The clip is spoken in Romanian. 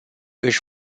își